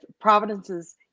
Providence's